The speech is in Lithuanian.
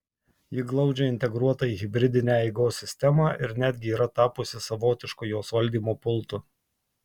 ji glaudžiai integruota į hibridinę eigos sistemą ir netgi yra tapusi savotišku jos valdymo pultu